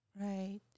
Right